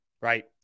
Right